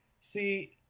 See